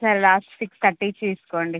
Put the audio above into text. సరే last six thirty తీసుకోండి